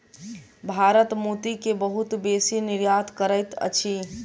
भारत मोती के बहुत बेसी निर्यात करैत अछि